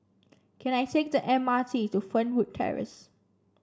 can I take the M R T to Fernwood Terrace